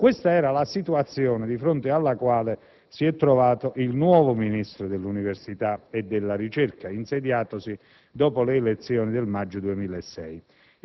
Questa è la situazione di fronte alla quale si è trovato il nuovo Ministro dell'università e della ricerca, insediatosi dopo le elezioni politiche del maggio 2006.